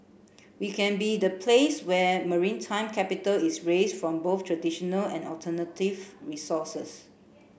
we can be the place where maritime capital is raised from both traditional and alternative resources